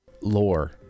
lore